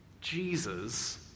Jesus